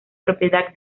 propiedad